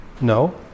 No